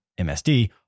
MSD